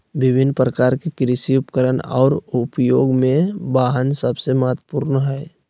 विभिन्न प्रकार के कृषि उपकरण और उपयोग में वाहन सबसे महत्वपूर्ण हइ